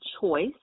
choice